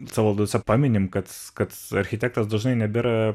savivaldose paminim kad kad architektas dažnai nebėra